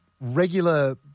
regular